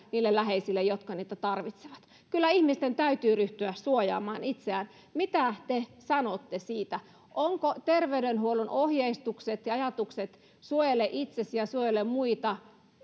niille läheisille jotka niitä tarvitsevat kyllä ihmisten täytyy ryhtyä suojaamaan itseään mitä te sanotte siitä ovatko terveydenhuollon ohjeistukset ja ajatukset että suojele itsesi ja suojele muita